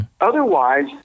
Otherwise